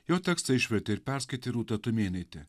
jo tekstą išvertė ir perskaitė rūta tumėnaitė